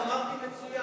אמרתי: מצוין.